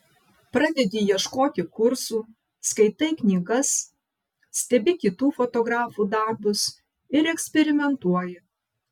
pradedi ieškoti kursų skaitai knygas stebi kitų fotografų darbus ir eksperimentuoji